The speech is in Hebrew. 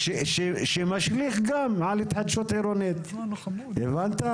שמשליך גם על התחדשות עירוני, הבנת?